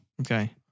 Okay